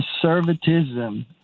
conservatism